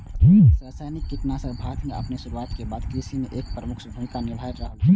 रासायनिक कीटनाशक भारत में आपन शुरुआत के बाद से कृषि में एक प्रमुख भूमिका निभाय रहल छला